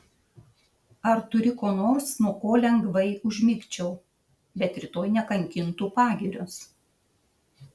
ar turi ko nors nuo ko lengvai užmigčiau bet rytoj nekankintų pagirios